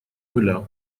нуля